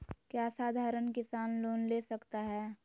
क्या साधरण किसान लोन ले सकता है?